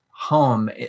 home